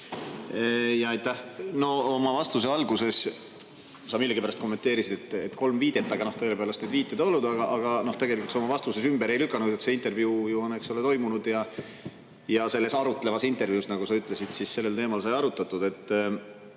Oma vastuse alguses sa millegipärast kommenteerisid, et kolm viidet. Tõepoolest, need viited olid, aga tegelikult sa oma vastuses ümber ei lükanud, et see intervjuu toimus ja selles arutlevas intervjuus, nagu sa ütlesid, sellel teemal sai arutatud.